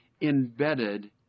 embedded